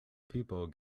people